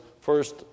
first